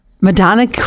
Madonna